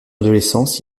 adolescence